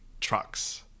trucks